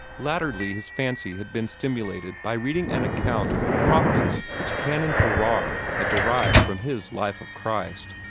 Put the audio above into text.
latterly his fancy had been stimulated by reading an account of the profits which canon farrar had derived from his life of christ.